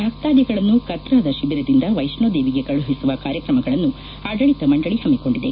ಭಕ್ತಾಧಿಗಳನ್ನು ಕತ್ತಾದ ಶಿಬಿರದಿಂದ ವೈಹ್ವೋದೇವಿಗೆ ಕಳುಹಿಸುವ ಕಾರ್ಯಕ್ರಮಗಳನ್ನು ಆಡಳಿತ ಮಂಡಳಿ ಹಮ್ಹಿಕೊಂಡಿದೆ